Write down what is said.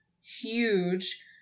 huge